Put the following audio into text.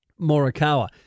Morikawa